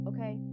Okay